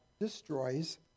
destroys